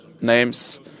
names